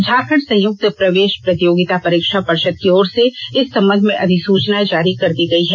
झारखंड संयुक्त प्रवेष प्रतियोगिता परीक्षा पर्षद की ओर से इस संबंध में अधिसूचना जारी कर दी गई है